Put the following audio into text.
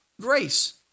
grace